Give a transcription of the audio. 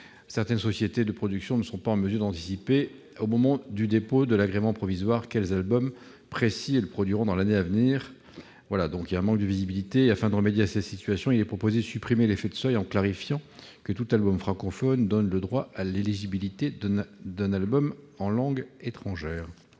Certaines sociétés de production ne sont pas en mesure d'anticiper au moment du dépôt de l'agrément provisoire quels albums précis elles produiront dans l'année à venir. Afin de remédier à cette situation, il est proposé de supprimer l'effet de seuil en indiquant que tout album francophone donne le droit à l'éligibilité d'un album en langue étrangère.